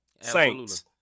saints